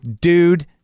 dude